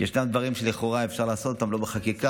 כי יש כאן דברים שלכאורה אפשר לעשות לא בחקיקה,